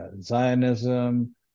Zionism